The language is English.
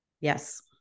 Yes